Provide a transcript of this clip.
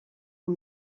who